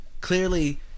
Clearly